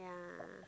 yeah